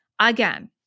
Again